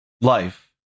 life